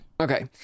Okay